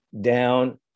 down